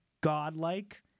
godlike